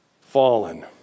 fallen